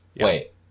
Wait